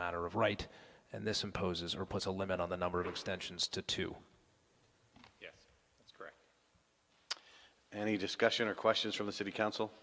matter of right and this imposes or puts a limit on the number of extensions to to any discussion or questions for the city council